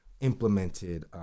implemented